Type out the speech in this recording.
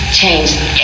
change